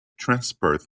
transperth